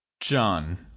John